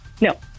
No